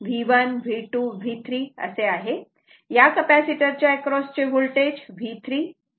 या कपॅसिटर चा अॅक्रॉस चे होल्टेज V3V c 45 V आहे